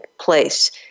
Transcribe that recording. place